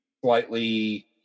slightly